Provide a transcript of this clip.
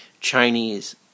Chinese